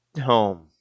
home